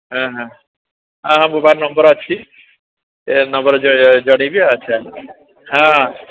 ହଁ ହଁ mobile number ଅଛି ସେ ନମ୍ବର ଆଚ୍ଛା ହଁ ହଁ